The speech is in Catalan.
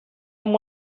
amb